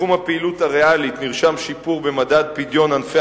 בתחום הפעילות הריאלית נרשם שיפור במדד פדיון ענפי